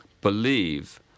believe